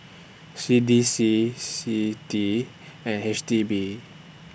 C D C C I T I and H D B